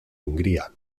hungría